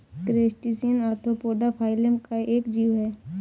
crustacean arthropoda phylum का एक जीव है